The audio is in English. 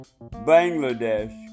Bangladesh